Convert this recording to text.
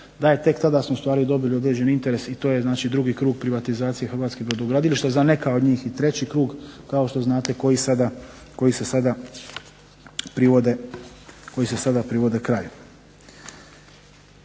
da je tek tada smo ustvari dobili određeni interes i to je znači drugi krug privatizacije hrvatskih brodogradilišta, za neka od njih i treći krug, kao što znate koji se sada privode kraju.